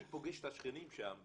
אני פוגש את השכנים שם במודיעין,